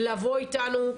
לבוא איתנו,